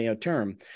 term